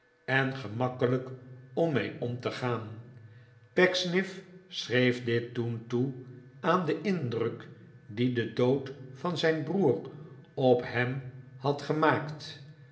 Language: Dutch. en gemakkelijk om mee om te gaan pecksniff schreef dit toen toe aan den indruk dien de dood van zijn broer op hem had gemaakt